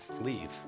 leave